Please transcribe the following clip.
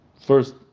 first